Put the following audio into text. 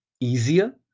easier